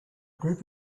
group